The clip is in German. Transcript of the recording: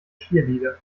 cheerleader